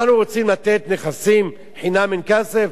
אנחנו רוצים לתת נכסים חינם אין כסף?